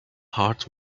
hearts